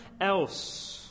else